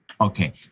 Okay